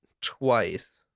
twice